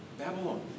Babylon